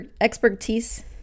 expertise